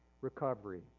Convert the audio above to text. Recovery